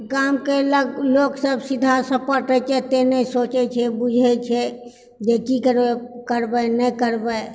गामके लऽ लोक सभ सीधा सपट होयत छै एतय नहि सोचैत छै बुझैत छै जे की करबै करबै नहि करबै